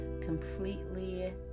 completely